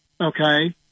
Okay